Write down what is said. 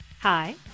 Hi